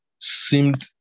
seemed